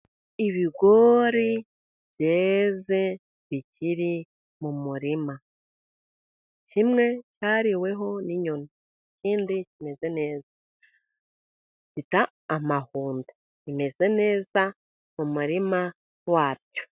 Ibigori byeze bikiri mu murima, kimwe hariweho n'inyoni, ibindi bimeze neza, bita amahundo, bimeze neza mu muririma wabyo.